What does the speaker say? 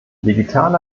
digitale